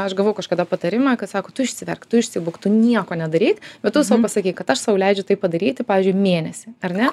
aš gavau kažkada patarimą kad sako tu išsiverk tu išsibūk tu nieko nedaryk bet tu sau pasakei kad aš sau leidžiu tai padaryti pavyzdžiui mėnesį ar ne